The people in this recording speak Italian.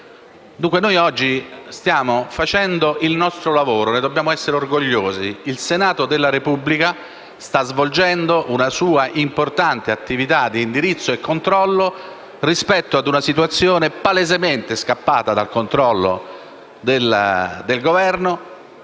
Governo. Oggi stiamo facendo il nostro lavoro e dobbiamo esserne orgogliosi: il Senato della Repubblica sta svolgendo una sua importante attività di indirizzo e controllo rispetto a una situazione, palesemente scappata al controllo del Governo,